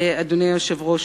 אדוני היושב-ראש,